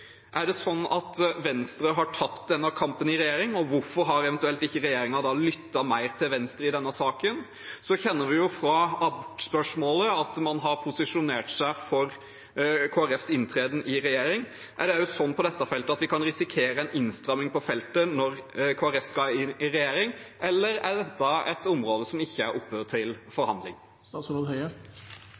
Er det sånn at Venstre har tapt denne kampen i regjering, og hvorfor har ikke regjeringen da eventuelt lyttet mer til Venstre i denne saken? Vi kjenner jo fra abortspørsmålet at man har posisjonert seg for Kristelig Folkepartis inntreden i regjering. Er det sånn at også på dette feltet kan vi risikere en innstramming når Kristelig Folkeparti skal inn i regjering, eller er dette et område som ikke er oppe til forhandling?